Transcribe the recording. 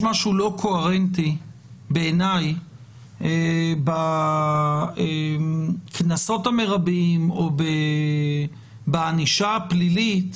יש משהו שהוא לא קוהרנטי בקנסות המרביים או בענישה הפלילית